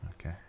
Okay